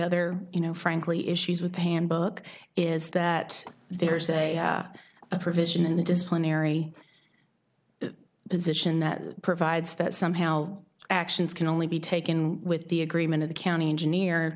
other you know frankly issues with the handbook is that there's a provision in the disciplinary position that provides that somehow actions can only be taken with the agreement of the county engineer